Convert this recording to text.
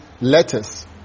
letters